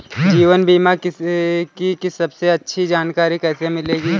जीवन बीमा की सबसे अच्छी जानकारी कैसे मिलेगी?